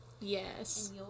yes